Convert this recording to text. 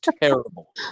terrible